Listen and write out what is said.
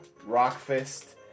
Rockfist